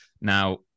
Now